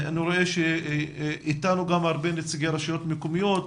אני רואה שאתנו גם הרבה נציגי רשויות מקומיות,